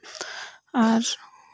ᱟᱨ